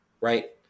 right